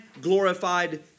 glorified